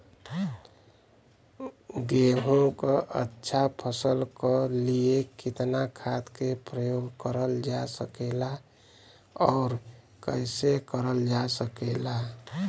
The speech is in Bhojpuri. गेहूँक अच्छा फसल क लिए कितना खाद के प्रयोग करल जा सकेला और कैसे करल जा सकेला?